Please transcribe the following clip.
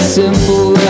simple